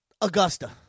Augusta